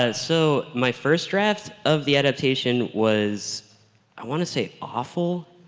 ah so my first draft of the adaptation was i want to say awful,